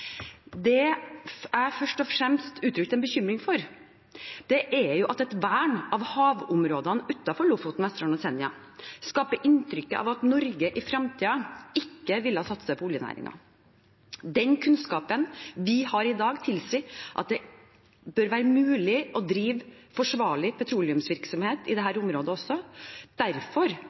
jeg først og fremst uttrykte en bekymring for, er at et vern av havområdene utenfor Lofoten, Vesterålen og Senja skaper et inntrykk av at Norge i fremtiden ikke vil satse på oljenæringen. Den kunnskapen vi har i dag, tilsier at det bør være mulig å drive forsvarlig petroleumsvirksomhet i dette området også. Derfor